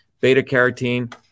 Beta-carotene